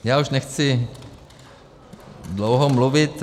Já už nechci dlouho mluvit.